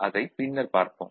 அதைப் பின்னர் பார்ப்போம்